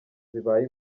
zibaye